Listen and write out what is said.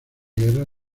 guerra